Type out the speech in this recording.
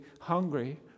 hungry